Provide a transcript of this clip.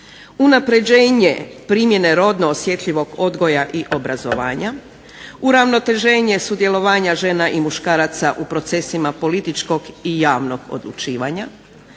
unapređenje primjene rodnog osjetljivog odgoja i obrazovanja, uravnoteženje sudjelovanja žena i muškaraca u procesima političkog i javnog odlučivanja,